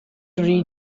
rhy